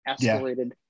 escalated